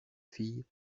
fille